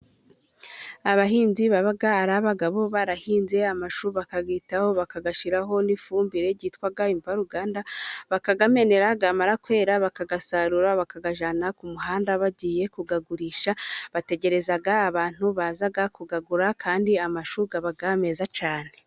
Abahinzi baba ari abagabo barahinze amashu bakayitaho bakayashyiraho n'ifumbire ryitwa imvaruganda, bakamenera yamara kwera bakayasarura, bakagajana ku muhanda bagiye kuyagurisha, bategereza abantu bazaga kuyagura kandi amashu aba meza cyane.